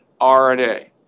RNA